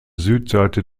südseite